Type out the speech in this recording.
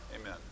Amen